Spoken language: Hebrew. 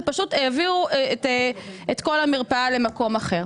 אלא פשוט העבירו את כל המרפאה למקום אחר.